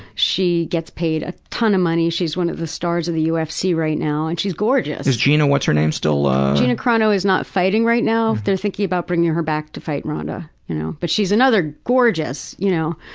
she gets paid a ton of money. she's one of the stars of the ufc right now. and she's gorgeous. is gina what's her name still j gina carano is not fighting right now. they're thinking about bringing her back to fight rhonda. you know but she's another gorgeous, you know.